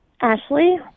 Ashley